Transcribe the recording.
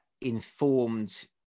informed